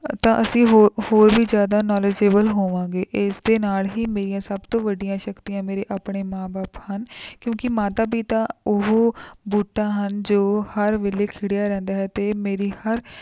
ਤਾਂ ਅਸੀਂ ਹੋਰ ਹੋਰ ਵੀ ਜ਼ਿਆਦਾ ਨੋਲੇਜੇਬਲ ਹੋਵਾਂਗੇ ਇਸ ਦੇ ਨਾਲ ਹੀ ਮੇਰੀਆਂ ਸਭ ਤੋਂ ਵੱਡੀਆਂ ਸ਼ਕਤੀਆਂ ਮੇਰੇ ਆਪਣੇ ਮਾਂ ਬਾਪ ਹਨ ਕਿਉਂਕਿ ਮਾਤਾ ਪਿਤਾ ਉਹ ਬੂਟਾ ਹਨ ਜੋ ਹਰ ਵੇਲੇ ਖਿੜਿਆ ਰਹਿੰਦਾ ਹੈ ਅਤੇ ਮੇਰੀ ਹਰ